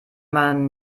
man